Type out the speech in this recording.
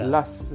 Last